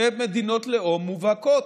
הן מדינות לאום מובהקות,